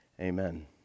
amen